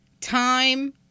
time